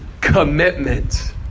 commitment